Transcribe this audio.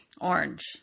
Orange